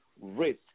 Risk